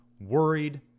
worried